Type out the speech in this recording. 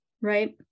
right